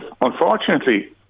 unfortunately